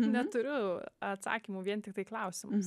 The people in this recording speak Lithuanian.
neturiu atsakymo vien tiktai klausimas